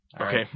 Okay